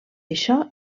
això